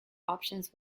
options